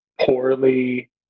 Poorly